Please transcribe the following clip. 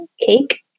Cake